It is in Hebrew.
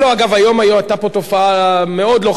היום היתה פה תופעה מאוד לא חיובית,